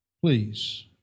please